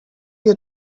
you